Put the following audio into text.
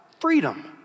Freedom